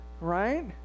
right